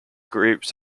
groups